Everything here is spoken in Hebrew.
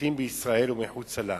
כפליטים בישראל ומחוצה לה.